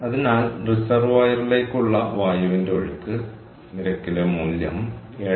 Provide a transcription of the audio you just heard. അതിനാൽ റിസർവോയറിലേക്കുള്ള വായുവിന്റെ ഒഴുക്ക് നിരക്കിലെ മൂല്യം 7